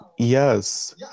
Yes